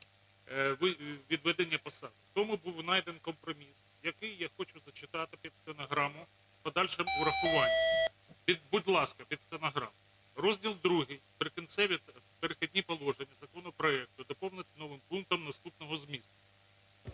відведених посад. Тому був знайдений компроміс, який я хочу зачитати під стенограму з подальшим урахуванням. Будь ласка, під стенограму. Розділ ІІ "Прикінцеві та перехідні положення" законопроекту доповнити новим пунктом наступного змісту.